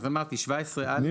אז אמרתי 17(א) חוק התכנון והבנייה.